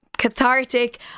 cathartic